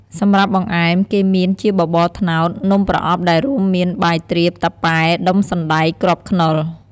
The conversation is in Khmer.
សម្រាប់បង្អែម គេមានជាបបរត្នោត នំប្រអប់ដែលរួមមានបាយទ្រាប តាប៉ែ ដុំសណ្តែក គ្រាប់ខ្នុរ។